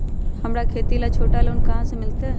हमरा खेती ला छोटा लोने कहाँ से मिलतै?